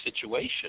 situation